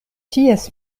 ties